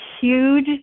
huge